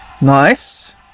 Nice